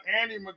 Andy